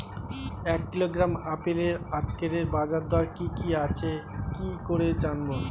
এক কিলোগ্রাম আপেলের আজকের বাজার দর কি কি আছে কি করে জানবো?